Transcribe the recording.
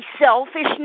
selfishness